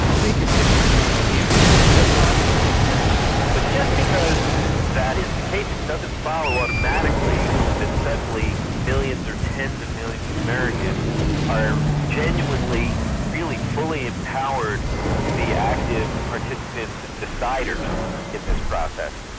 micah sifry, from the influential website tech president. but just because that is the case, it doesn't follow automatically that suddenly millions or tens of millions of americans are genuinely really fully empowered to be active participants and deciders in this process.